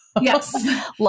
yes